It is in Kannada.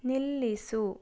ನಿಲ್ಲಿಸು